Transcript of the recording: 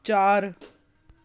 ਚਾਰ